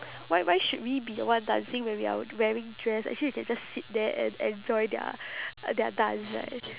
why why should we be the one dancing when we are wearing dress actually we can just sit there and enjoy their uh their dance right